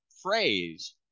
phrase